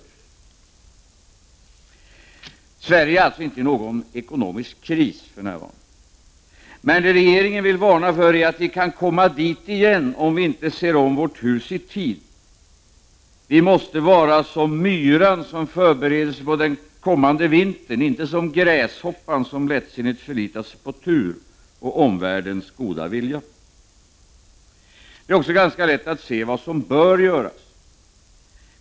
Sverige befinner sig för närvarande inte i någon ekonomisk kris, men regeringen vill varna för att det kan bli en kris, om vi inte ser om vårt hus i tid. Vi måste vara som myran som förbereder sig på den kommande vintern och inte som gräshoppan som förlitar sig på tur och omvärldens goda vilja. Det är också ganska lätt att se vad som bör göras.